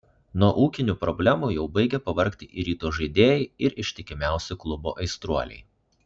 nuo ūkinių problemų jau baigia pavargti ir ryto žaidėjai ir ištikimiausi klubo aistruoliai